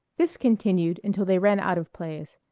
this continued until they ran out of plays.